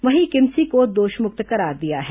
वहीं किमसी को दोषमुक्त करार दिया है